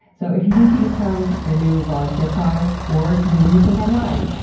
so if you think you just found your new volunteer cause or maybe you think i'm lying,